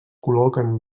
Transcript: col·loquen